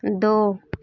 दो